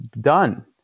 done